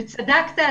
צדקת,